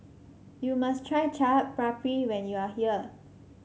you must try Chaat Papri when you are here